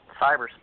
cyberspace